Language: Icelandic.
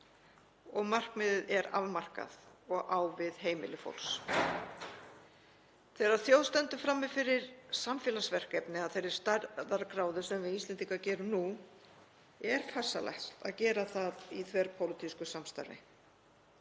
Markmiðið er afmarkað og á við heimili fólks. Þegar þjóð stendur frammi fyrir samfélagsverkefni af þeirri stærðargráðu sem við Íslendingar gerum nú er farsælast að gera það í þverpólitísku samstarfi.